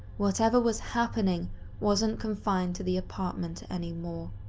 whatever was happening wasn't confined to the apartment anymore.